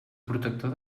protector